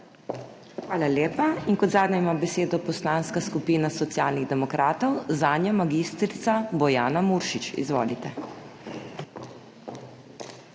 Hvala lepa. In kot zadnja ima besedo Poslanska skupina Socialnih demokratov, zanjo mag. Bojana Muršič. Izvolite.